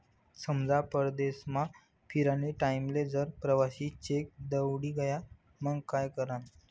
समजा परदेसमा फिरानी टाईमले जर प्रवासी चेक दवडी गया मंग काय करानं?